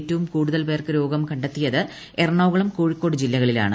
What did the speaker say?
ഏറ്റവും കൂടുതൽ പേർക്ക് രോഗം കണ്ടെത്തിയത് എറണാകുളം കോഴിക്കോട് ജില്ലകളിലാണ്